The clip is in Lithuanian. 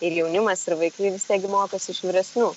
ir jaunimas ir vaikai vis tiek gi mokosi iš vyresnių